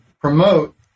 promote